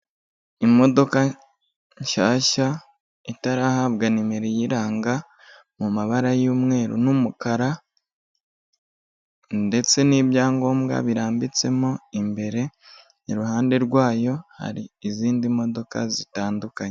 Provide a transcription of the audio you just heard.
Imodoka nshyashya itarahabwa nimero irianga, mu mabara y'umweru n'umukara ndetse n'ibyangombwa birambitsemo imbere, iruhande rwayo hari izindi modoka zitandukanye.